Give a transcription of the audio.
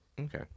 Okay